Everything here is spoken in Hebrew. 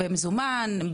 במזומן?